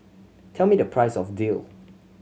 tell me the price of daal